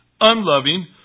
unloving